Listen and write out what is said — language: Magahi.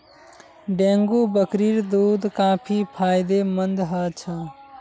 डेंगू बकरीर दूध काफी फायदेमंद ह छ